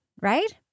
right